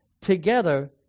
Together